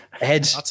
Ed